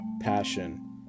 passion